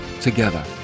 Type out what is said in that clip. together